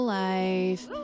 life